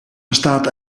bestaat